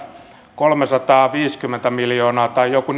kolmesataaviisikymmentä miljoonaa tai joku